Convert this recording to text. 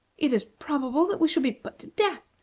it is probable that we should be put to death,